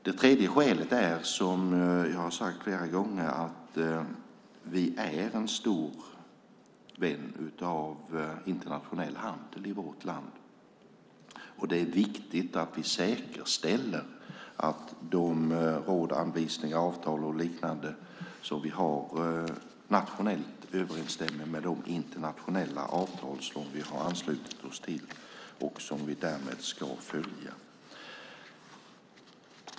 Ett annat skäl är, som jag har sagt flera gånger, att vi är en stor vän av internationell handel i vårt land. Det är viktigt att vi säkerställer att de råd, anvisningar, avtal och liknande som vi har nationellt överensstämmer med de internationella avtal som vi har anslutit oss till och som vi därmed ska följa.